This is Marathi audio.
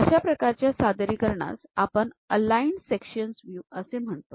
अशा प्रकारच्या सादरीकरणास आपण अलाईन्ड सेक्शन व्ह्यू असे म्हणतो